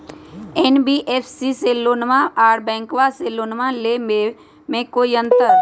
NBFC से लोनमा आर बैंकबा से लोनमा ले बे में कोइ अंतर?